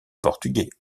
portugais